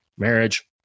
Marriage